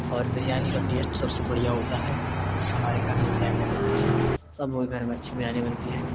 اور بریانی کا ٹیسٹ سب سے بڑھیا ہوتا ہے ہمارے گھر میں بریانیاں بنتی ہیں سب لوگوں کے گھر میں اچھی بریانی بنتی ہے